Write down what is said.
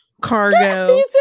cargo